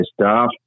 staff